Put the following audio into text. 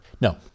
No